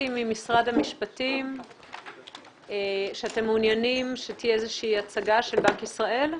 ממשרד המשפטים שאתם מעוניינים שתהיה הצגה של בנק ישראל?